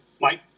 Mike